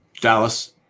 Dallas